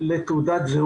סקירה לקופת חולים מאוחדת,